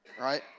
Right